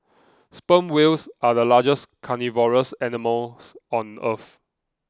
sperm whales are the largest carnivorous animals on earth